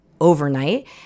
overnight